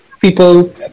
people